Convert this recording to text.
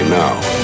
now